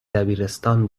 دبیرستان